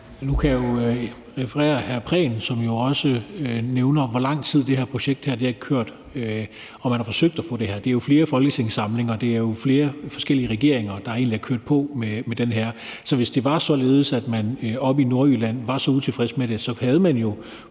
Nu kan jeg jo referere hr. Rasmus Prehn, som også nævner, hvor lang tid det her projekt har kørt, og hvor lang tid man har forsøgt at opnå det her. Det er jo i flere folketingssamlinger, og det er flere forskellige regeringer, der egentlig har kørt på med det her. Så hvis det var således, at man oppe i Nordjylland var så utilfreds med det, havde man